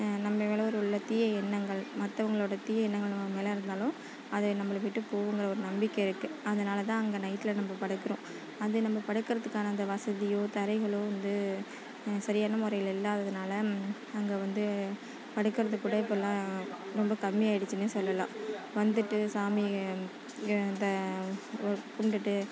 நம்ம மேலே உள்ள தீய எண்ணங்கள் மற்றவங்களோட தீய எண்ணங்கள் நம்ம மேலே இருந்தாலும் அது நம்மளை விட்டு போகுங்குற ஒரு நம்பிக்கை இருக்குது அதனால் தான் அங்கே நைட்ல நம்ம படுக்கிறோம் அது நம்ம படுக்கிறதுக்கான அந்த வசதியோ தரைகளோ வந்து சரியான முறைல இல்லாததனால அங்கே வந்து படுக்குறது கூட இப்போலாம் ரொம்ப கம்மியாகிடுச்சினே சொல்லலாம் வந்துட்டு சாமியை இதை கும்பிடுட்டு